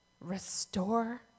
restore